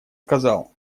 сказал